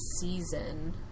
season